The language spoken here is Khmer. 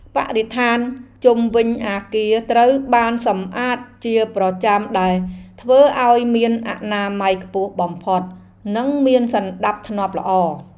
បរិស្ថានជុំវិញអគារត្រូវបានសម្អាតជាប្រចាំដែលធ្វើឱ្យមានអនាម័យខ្ពស់បំផុតនិងមានសណ្តាប់ធ្នាប់ល្អ។